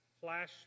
flash